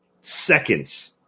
seconds